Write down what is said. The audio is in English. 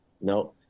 no